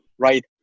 right